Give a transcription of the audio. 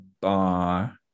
bar